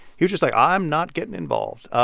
he was just like, i'm not getting involved.